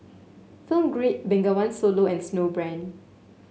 Film Grade Bengawan Solo and Snowbrand